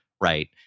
Right